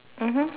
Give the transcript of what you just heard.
mmhmm